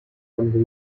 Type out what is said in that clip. number